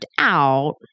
out